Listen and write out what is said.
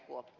kuoppa